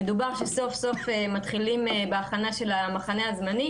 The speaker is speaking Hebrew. ודובר שסוף סוף מתחילים בהכנה של המחנה הזמני.